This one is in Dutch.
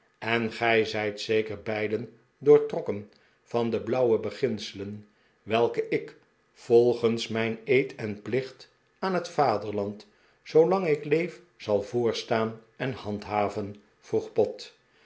en gij zijt zeker beiden doortrokken van de blauwe beginselen welke ik volgens mijn eed en plicht aan het vaderland zoo lang ik leef zal voorstaan en handhaven vroeg pott